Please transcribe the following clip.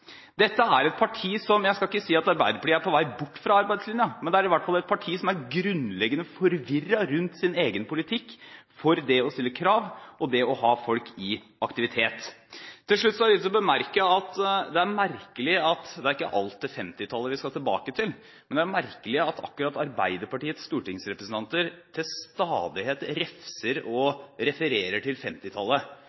Dette er et parti – jeg skal ikke si at Arbeiderpartiet er på vei bort fra arbeidslinjen – som er grunnleggende forvirret rundt sin egen politikk når det gjelder det å stille krav og det å ha folk i aktivitet. Til slutt har jeg lyst til å bemerke at det er merkelig – det er ikke alltid 1950-tallet vi skal tilbake til – at akkurat Arbeiderpartiets stortingsrepresentanter til stadighet refser og